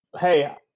Hey